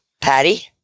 Patty